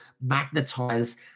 magnetize